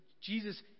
Jesus